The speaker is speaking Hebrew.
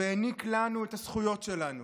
והעניק לנו את הזכויות שלנו,